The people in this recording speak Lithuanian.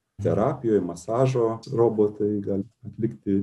terapijoj masažo robotai gali atlikti